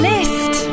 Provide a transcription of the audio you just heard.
List